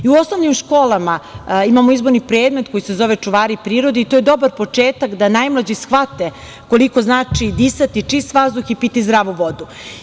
I u osnovnim školama imamo izborni predmet koji se zove "Čuvari prirode" i to je dobar početak da najmlađi shvate koliko znači disati čist vazduh i piti zdravu vodu.